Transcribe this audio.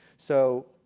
so,